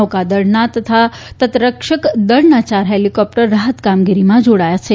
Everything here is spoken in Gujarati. નૌકાદળનાં અને તટરક્ષકદળનાં ચાર હેલીકોપ્ટર રાહત કામગીરીમાં જોડાયાં છે